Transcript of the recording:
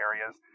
areas